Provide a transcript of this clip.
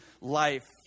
life